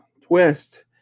twist